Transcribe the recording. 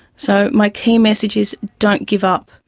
so my key message is don't give up.